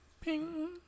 Ping